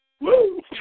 Woo